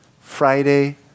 Friday